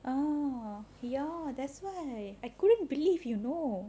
oh ya that's why I couldn't believe you know